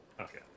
Okay